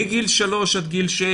מגיל 3 עד גיל 6,